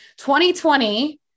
2020